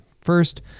first